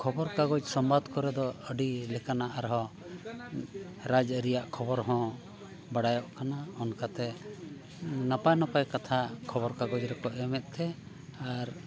ᱠᱷᱚᱵᱚᱨ ᱠᱟᱜᱚᱡᱽ ᱥᱚᱝᱵᱟᱫ ᱠᱚᱨᱮ ᱫᱚ ᱟᱹᱰᱤ ᱞᱮᱠᱟᱱᱟᱜ ᱟᱨᱦᱚᱸ ᱨᱟᱡᱽ ᱟᱹᱨᱤᱭᱟᱜ ᱠᱷᱚᱵᱚᱨ ᱦᱚᱸ ᱵᱟᱰᱟᱭᱚᱜ ᱠᱟᱱᱟ ᱚᱱᱠᱟ ᱛᱮ ᱱᱟᱯᱟᱭ ᱱᱟᱯᱟᱭ ᱠᱟᱛᱷᱟ ᱠᱷᱚᱵᱚᱨ ᱠᱟᱜᱚᱡᱽ ᱨᱮᱠᱚ ᱮᱢᱮᱜ ᱛᱮ ᱟᱨ